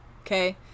okay